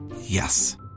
Yes